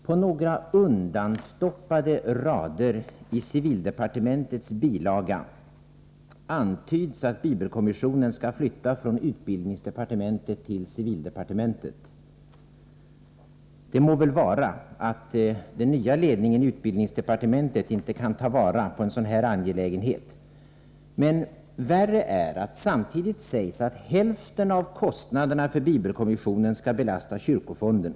På några undanstoppade rader i civildepartementets bilaga till budgetpropositionen antyds att bibelkommissionen skall flyttas från utbildningsdepartementet till civildepartementet. Det må väl vara att den nya ledningen i utbildningsdepartementet inte kan ta hand om en sådan här angelägenhet, men värre är att det samtidigt sägs att hälften av kostnaderna för bibelkommissionen skall belasta kyrkofonden.